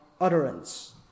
utterance